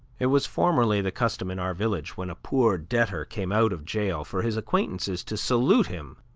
it was formerly the custom in our village, when a poor debtor came out of jail, for his acquaintances to salute him,